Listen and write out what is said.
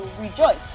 rejoice